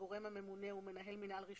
הגורם הממונה הוא מנהל מינהל רישוי,